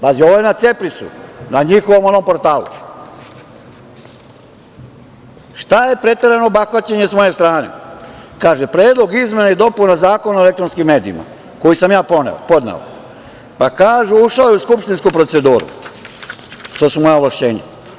Pazi, ovo je na Ceprisu, na njihovom onom portalu i šta je preterano bahaćenje sa moje strane, pa kaže – predlog izmena i dopuna Zakona o elektronskim medijima, koji sam ja podneo, pa kažu dalje, ušao je u Skupštinu, odnosno proceduru, i to su moja ovlašćenja.